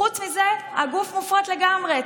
חוץ מזה, הגוף מופרט לגמרי.